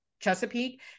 Chesapeake